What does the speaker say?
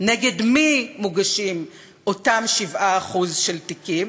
נגד מי מוגשים אותם 7% של תיקים?